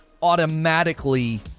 automatically